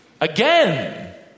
again